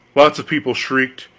lots of people shrieked,